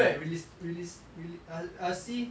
look at realis~ realis~ uh uh see